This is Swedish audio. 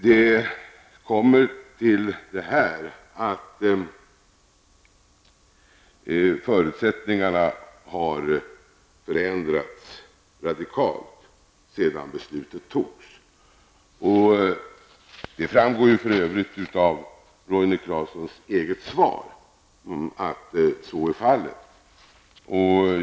Till det här kommer att förutsättningarna har förändrats radikalt sedan beslutet fattades. Det framgår för övrigt av Roine Carlssons eget svar att så är fallet.